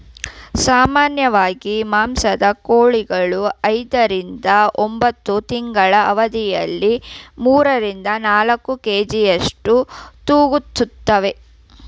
ಸಾಮಾನ್ಯವಾಗಿ ಮಾಂಸದ ಕೋಳಿಗಳು ಐದರಿಂದ ಒಂಬತ್ತು ತಿಂಗಳ ಅವಧಿಯಲ್ಲಿ ಮೂರರಿಂದ ನಾಲ್ಕು ಕೆ.ಜಿಯಷ್ಟು ತೂಗುತ್ತುವೆ